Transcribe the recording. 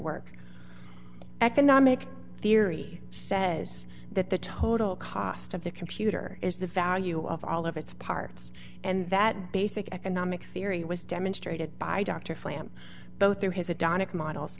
work economic theory says that the total cost of the computer is the value of all of its parts and that basic economic theory was demonstrated by dr flam both through his